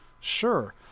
Sure